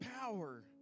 power